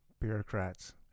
Bureaucrats